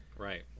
Right